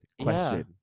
question